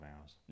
hours